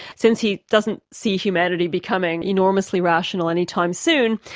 since he doesn't see humanity becoming enormously rational any time soon,